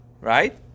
Right